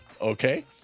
Okay